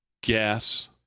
gas